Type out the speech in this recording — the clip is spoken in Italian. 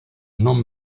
non